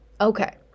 Okay